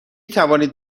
توانید